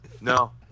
No